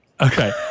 Okay